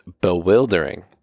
bewildering